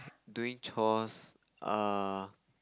doing chores uh